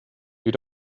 you